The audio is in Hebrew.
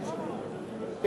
מס' 15),